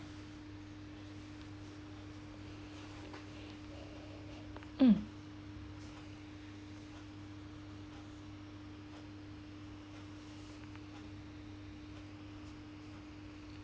mm